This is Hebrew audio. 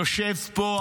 יושב פה.